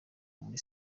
muri